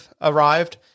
arrived